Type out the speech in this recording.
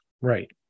Right